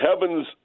heaven's